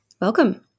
welcome